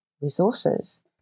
resources